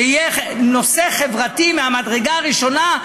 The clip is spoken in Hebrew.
שיהיה נושא חברתי מהמדרגה הראשונה,